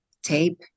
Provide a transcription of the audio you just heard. tape